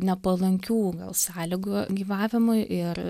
nepalankių gal sąlygų gyvavimui ir